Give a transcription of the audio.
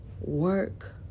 Work